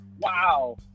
Wow